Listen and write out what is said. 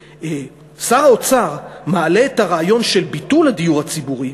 ששר האוצר מעלה את הרעיון של ביטול הדיור הציבורי,